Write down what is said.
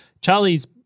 Charlie's